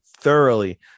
thoroughly